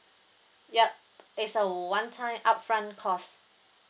yup it's a one time upfront cost